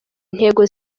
intego